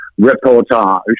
reportage